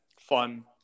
Fun